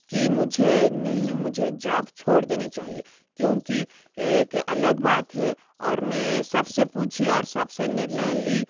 कि मुझे नहीं मुझे जॉब छोड़ देनी चाहिए क्योंकि एक अलग बात है और मैं सब से पूछी और सब से निर्णय ली